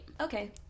okay